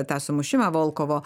tą sumušimą volkovo